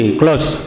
close